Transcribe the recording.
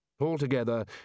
Altogether